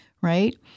right